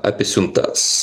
apie siuntas